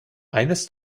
eines